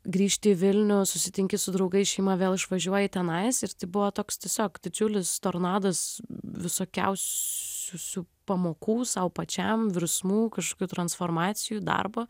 grįžti į vilnių susitinki su draugais šeima vėl išvažiuoji tenais ir tai buvo toks tiesiog didžiulis tornadas visokiausių pamokų sau pačiam virsmų kažkokių transformacijų darbo